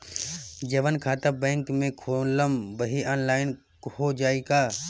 जवन खाता बैंक में खोलम वही आनलाइन हो जाई का?